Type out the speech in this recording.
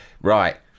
right